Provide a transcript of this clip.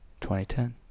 2010